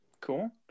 cool